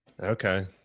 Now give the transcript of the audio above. okay